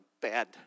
bad